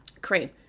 cream